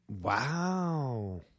wow